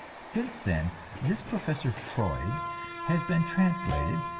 since then this professor freud has been translated,